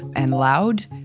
and loud,